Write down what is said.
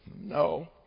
No